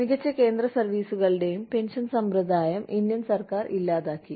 മിക്ക കേന്ദ്രസർവീസുകളുടെയും പെൻഷൻ സമ്പ്രദായം ഇന്ത്യൻ സർക്കാർ ഇല്ലാതാക്കി